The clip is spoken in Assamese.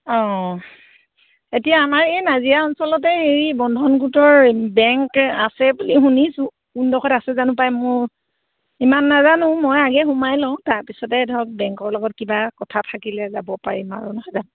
অঁ এতিয়া আমাৰ এই নাজিৰা অঞ্চলতে হেৰি বন্ধনগোটৰ বেংক আছে বুলি শুনিছোঁ কোনডোখৰত আছে জানো পায় মোৰ ইমান নাজানো মই আগেয়ে সোমাই লওঁ তাৰপিছতে ধৰক বেংকৰ লগত কিবা কথা থাকিলে যাব পাৰিম আৰু নহয় জানো